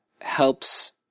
helps